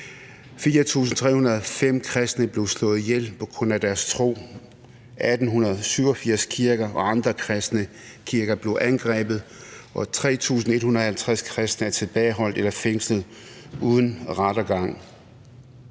4.305 kristne blev slået ihjel på grund af deres tro, 1.887 kirker og andre kristne kirker blev angrebet, og 3.150 kristne er tilbageholdt eller fængslet uden rettergang.